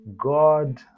God